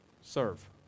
serve